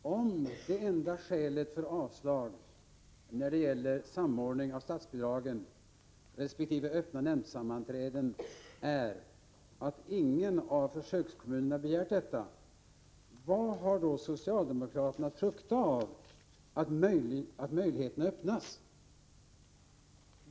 Fru talman! Om det enda skälet för avstyrkanden när det gäller samordning av statsbidragen resp. öppna nämndsammanträden är att ingen av försökskommunerna har begärt detta, vad har då socialdemokraterna att frukta av att möjligheterna öppnas?